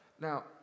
Now